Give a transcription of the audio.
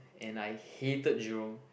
and I hated Jurong